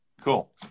Cool